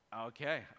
okay